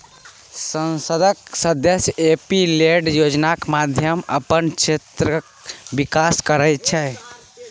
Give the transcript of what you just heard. संसदक सदस्य MP LAD योजनाक माध्यमसँ अपन क्षेत्रक बिकास करय छै